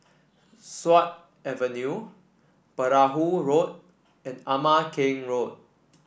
Sut Avenue Perahu Road and Ama Keng Road